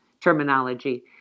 terminology